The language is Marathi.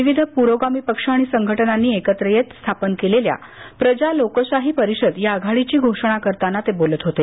विविध प्रोगामी पक्ष आणि संघटनांनी एकत्र येत स्थापन केलेल्या प्रजा लोकशाही परिषद या आघाडीची घोषणा करताना ते बोलत होते